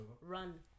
Run